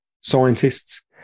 scientists